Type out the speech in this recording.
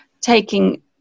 taking